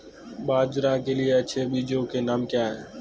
बाजरा के लिए अच्छे बीजों के नाम क्या हैं?